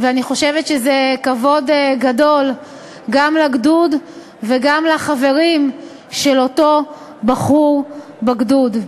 ואני חושבת שזה כבוד גדול גם לגדוד וגם לחברים של אותו בחור בגדוד.